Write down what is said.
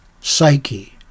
psyche